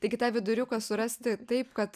taigi tą viduriuką surasti taip kad